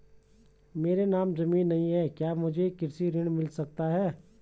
मेरे नाम ज़मीन नहीं है क्या मुझे कृषि ऋण मिल सकता है?